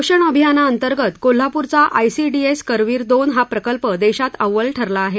पोषण अभियानांतर्गत कोल्हापूरचा आयसीडीएस करवीर दोन हा प्रकल्प देशात अव्वल ठरला आहे